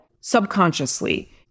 subconsciously